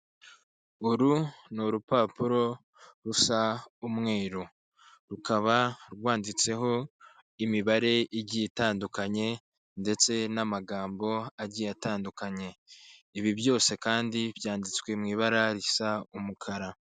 Uru ni urupapuro rusa umweru, rukaba rwanditseho imibare igiye itandukanye ndetse n'amagambo agiye atandukanye, ibi byose kandi byanditswe mu ibara risa umukara.